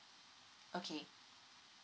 okay